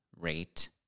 rate